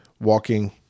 walking